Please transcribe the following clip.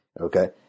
okay